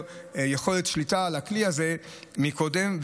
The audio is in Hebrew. יכולת שליטה על הכלי הזה מאשר קודם.